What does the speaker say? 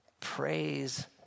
Praise